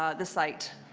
ah the site.